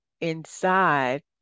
inside